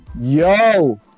Yo